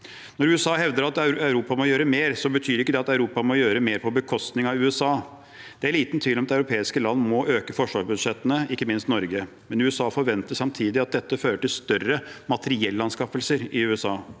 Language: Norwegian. Når USA hevder at Europa må gjøre mer, betyr ikke det at Europa må gjøre mer på bekostning av USA. Det er liten tvil om at europeiske land, ikke minst Norge, må øke forsvarsbudsjettene, men USA forventer samtidig at dette fører til større materiellanskaffelser i USA.